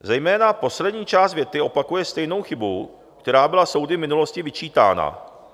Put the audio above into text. Zejména poslední část věty opakuje stejnou chybu, která byla soudy v minulosti vyčítána.